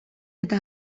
eta